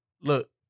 Look